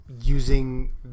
using